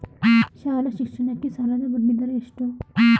ಶಾಲಾ ಶಿಕ್ಷಣಕ್ಕೆ ಸಾಲದ ಬಡ್ಡಿದರ ಎಷ್ಟು?